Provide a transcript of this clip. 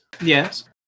Yes